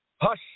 hush